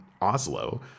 Oslo